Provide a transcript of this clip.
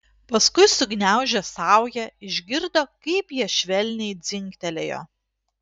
paskui sugniaužė saują išgirdo kaip jie švelniai dzingtelėjo